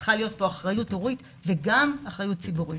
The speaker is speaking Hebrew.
צריכה להיות פה אחריות הורית וגם אחריות ציבורית.